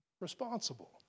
responsible